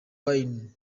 wayne